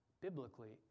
Biblically